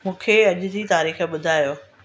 मूंखे अॼ जी तारीख़ ॿुधायो